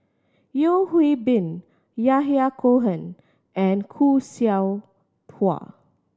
Yeo Hwee Bin Yahya Cohen and Khoo Seow Hwa